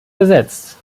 besetzt